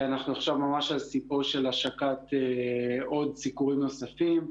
אנחנו עכשיו ממש על ספם של השקת עוד סיקורים נוספים.